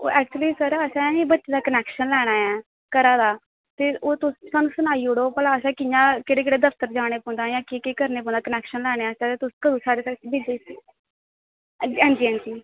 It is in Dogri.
ते एक्चूअली ना सर असें ना बत्ती दा कनेक्श लैना ऐ घरै दा ते ओह् सर तुस सनाई ओड़ेओ केह्ड़े केह्ड़े दफ्तर जाना पौंदा ऐ ते केह् केह् करना पौना ऐ कनेक्शन लैने आस्तै ते कदूं तगर थ्होग अंजी अंजी